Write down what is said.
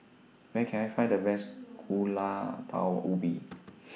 Where Can I Find The Best Gulai Daun Ubi